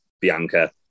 Bianca